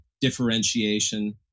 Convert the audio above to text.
differentiation